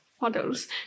models